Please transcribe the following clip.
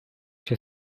się